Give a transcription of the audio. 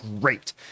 great